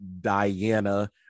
Diana